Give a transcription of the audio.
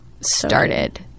started